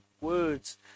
words